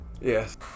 Yes